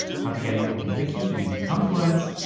how to get your own wiki using confluence,